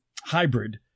hybrid